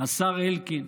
השר אלקין,